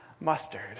mustard